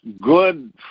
good